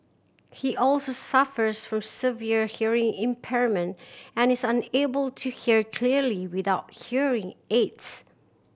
he also suffers from severe hearing impairment and is unable to hear clearly without hearing aids